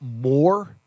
more